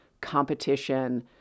competition